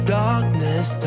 darkness